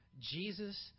Jesus